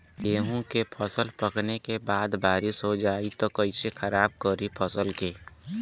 गेहूँ के फसल पकने के बाद बारिश हो जाई त कइसे खराब करी फसल के?